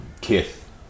Kith